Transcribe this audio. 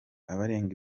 abarenga